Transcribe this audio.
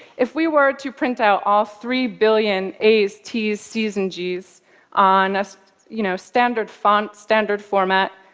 if we were to print out all three billion a's, t's, c's and g's on a you know standard font, standard format,